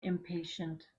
impatient